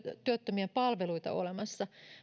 työttömien palveluita olemassa